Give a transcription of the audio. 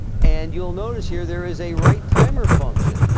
and you'll notice here. there is a write timer function